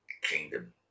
kingdom